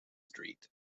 street